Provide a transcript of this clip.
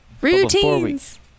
Routines